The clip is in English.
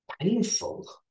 painful